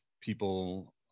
people